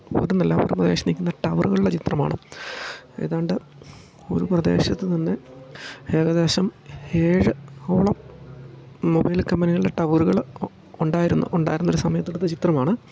അവടന്നല്ല അവടന്ന് വീക്ഷിക്കുന്ന ടവറുകളുടെ ചിത്രമാണ് ഏതാണ്ട് ഒരു പ്രദേശത്ത് തന്നെ ഏകദേശം ഏഴ് ഓളം മൊബൈൽ കമ്പനികളുടെ ടവറുകൾ ഉണ്ടായിരുന്നു ഉണ്ടായിരുന്നൊരു സമയത്തെടുത്ത ചിത്രമാണ്